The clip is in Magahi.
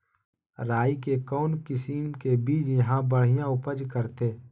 राई के कौन किसिम के बिज यहा बड़िया उपज करते?